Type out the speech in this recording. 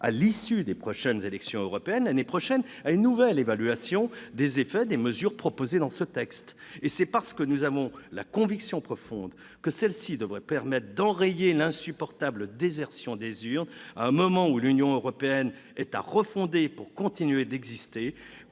à l'issue des prochaines élections européennes, l'année prochaine, à une nouvelle évaluation des effets des mesures proposées dans ce texte. C'est parce que nous avons la conviction profonde que celles-ci devraient nous permettre d'enrayer l'insupportable désertion des urnes, à un moment où l'Union européenne est à refonder pour continuer d'exister,